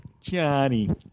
Johnny